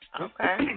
Okay